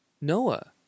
Noah